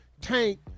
Tank